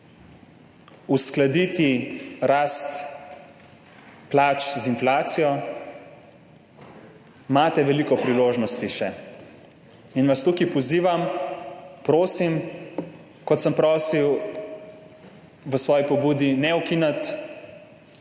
uskladiti rast plač z inflacijo, imate še veliko priložnosti. Tukaj vas pozivam, prosim, kot sem prosil v svoji pobudi, ne ukiniti